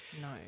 No